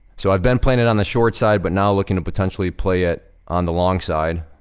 so, i've been playin' it on the shortside, but now looking to potentially play it on the longside.